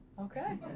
Okay